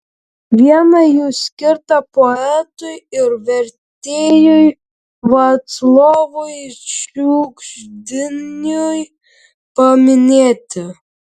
viena jų skirta poetui ir vertėjui vaclovui šiugždiniui paminėti